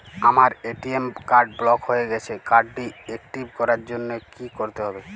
আমার ATM card block হয়ে গেছে কার্ড টি একটিভ করার জন্যে কি করতে হবে?